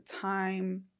time